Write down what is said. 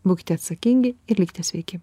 būkite atsakingi ir likite sveiki